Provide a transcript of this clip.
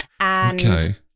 Okay